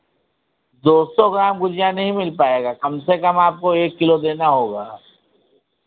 दो सौ ग्राम गुझिया नहीं मिल पाएगा कम से कम आपको एक किलो देना होगा